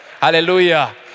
Hallelujah